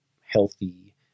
healthy